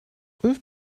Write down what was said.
ulf